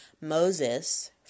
Moses